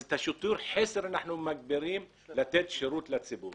את שיטור החסר אנחנו מגבירים כדי לתת שירות לציבור